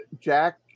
jack